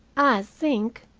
i think,